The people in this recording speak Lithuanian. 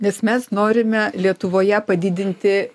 nes mes norime lietuvoje padidinti